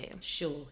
Sure